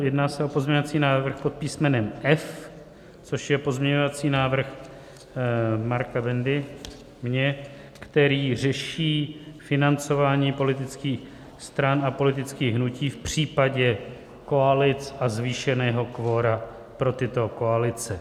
Jedná se o pozměňovací návrh pod písmenem F, což je pozměňovací návrh Marka Bendy, můj, který řeší financování politických stran a politických hnutí v případě koalic a zvýšeného kvora pro tyto koalice.